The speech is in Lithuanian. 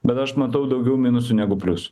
bet aš matau daugiau minusų negu pliusų